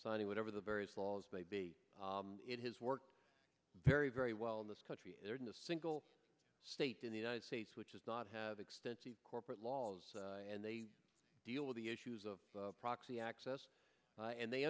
signing whatever the various laws may be it has worked very very well in this country in a single state in the united states which is not have extensive corporate laws and they deal with the issues of proxy access and they